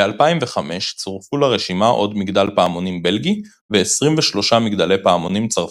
ב-2005 צורפו לרשימה עוד מגדל פעמונים בלגי ו-23 מגדלי פעמונים צרפתיים.